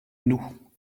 nous